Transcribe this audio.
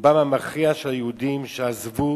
רובם המכריע של היהודים שעזבו